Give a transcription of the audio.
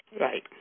Right